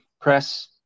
press –